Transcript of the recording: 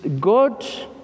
God